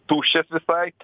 tuščias visai